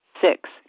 Six